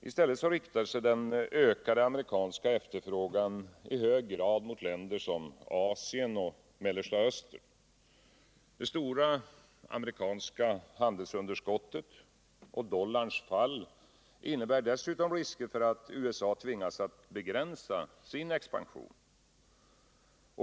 I stället riktar sig den ökade amerikanska efterfrågan i hög grad mot länder i Asien och Mellersta Östern. Det stora amerikanska handelsunderskottet och dollarns fall innebär dessutom risker för att USA tvingas att begränsa sin expansion.